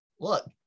look